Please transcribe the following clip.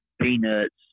peanuts